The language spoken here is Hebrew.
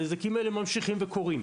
הנזקים האלה ממשיכים וקורים.